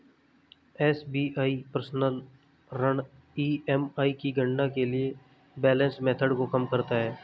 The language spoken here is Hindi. एस.बी.आई पर्सनल ऋण ई.एम.आई की गणना के लिए बैलेंस मेथड को कम करता है